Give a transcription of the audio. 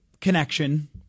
connection